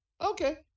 Okay